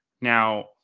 Now